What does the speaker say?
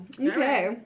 okay